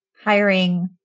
hiring